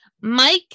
Mike